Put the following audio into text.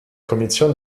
kommission